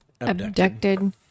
abducted